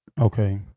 Okay